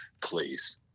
please